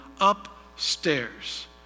upstairs